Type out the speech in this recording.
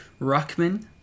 Ruckman